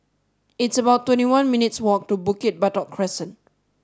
it's about twenty one minutes' walk to Bukit Batok Crescent